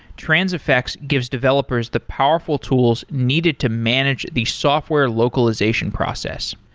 transifex gives developers the powerful tools needed to manage the software localization process.